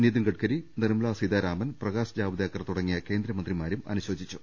നിതിൻഗുഡ്കരി നിർമല സീതാരാമൻ പ്രകാശ് ജാവ്ദേക്കർ തുട്ടങ്ങിയ കേന്ദ്രമന്ത്രിമാരും അനുശോചിച്ചു